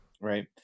Right